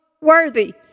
worthy